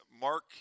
Mark